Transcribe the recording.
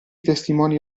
testimoni